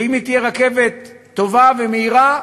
ואם היא תהיה רכבת טובה ומהירה,